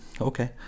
Okay